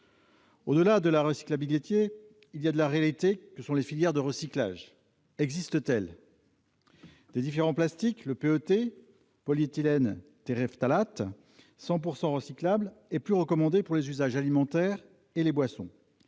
Au-delà de la recycle étiez il y a de la réalité que sont les filières de recyclage existe-t-elle des différents plastiques le P. E. T. polyéthylène Terry phtalates 100 pourcent recyclable et puis recommandés pour les usages alimentaires et les boissons,